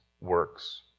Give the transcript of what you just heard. works